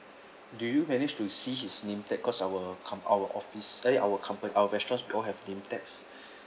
do you manage to see his name tag because our comp~ our office eh our company our restaurant all have name tags